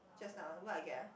just now what I get